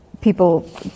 people